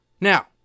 Now